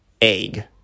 egg